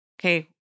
okay